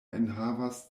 enhavas